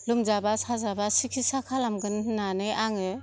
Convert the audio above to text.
लोमजाबा साजाबा सिकिसा खालामगोन होननानै आङो